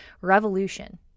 revolution